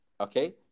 okay